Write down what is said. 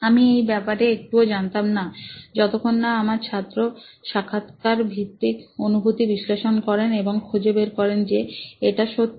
আমি এই ব্যপারে একটুও জানতাম না যতক্ষণ না আমার ছাত্র সাক্ষাৎকার ভিত্তিক অনুভূতি বিশ্লেষণ করেন এবং খুঁজে বের করেন যে এটা সত্যি